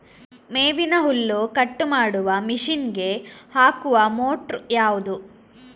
ಮೇವಿನ ಹುಲ್ಲು ಕಟ್ ಮಾಡುವ ಮಷೀನ್ ಗೆ ಹಾಕುವ ಮೋಟ್ರು ಯಾವುದು?